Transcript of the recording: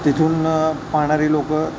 तिथून पाहणारी लोक